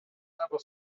ever